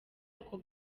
ako